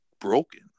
broken